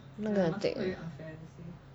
I'm not going to take